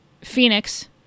Phoenix